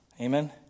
Amen